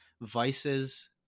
vices